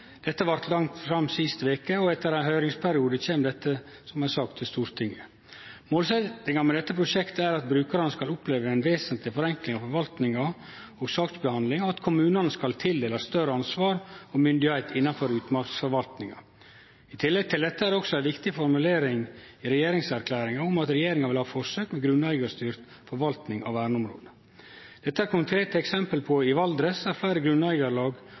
Dette blei lagt fram sist veke, og etter ein høyringsperiode kjem dette som ei sak til Stortinget. Målsetjinga med dette prosjektet er at brukarane skal oppleve ei vesentleg forenkling av forvaltning og saksbehandling, og at kommunane skal bli tildelte større ansvar og myndigheit innanfor utmarksforvaltninga. I tillegg til dette er det også ei viktig formulering i regjeringserklæringa om at regjeringa vil ha forsøk med grunneigarstyrt forvaltning av verneområde. Dette er det eit konkret eksempel på i Valdres, der fleire grunneigarlag